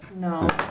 No